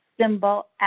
symbol